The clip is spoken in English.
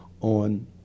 on